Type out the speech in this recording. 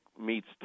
meets